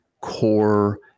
core